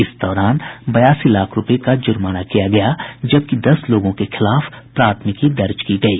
इस दौरान बयासी लाख रूपये का जुर्माना किया गया जबकि दस लोगों के खिलाफ प्राथमिकी दर्ज की गयी